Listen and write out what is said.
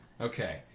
Okay